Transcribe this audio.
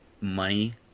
money